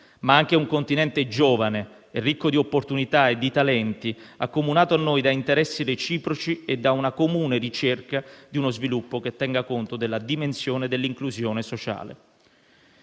ma è anche un continente giovane e ricco di opportunità e di talenti, accomunato a noi da interessi reciproci e da una comune ricerca di uno sviluppo che tenga conto della dimensione dell'inclusione sociale.